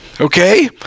Okay